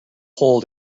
hold